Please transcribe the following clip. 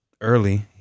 early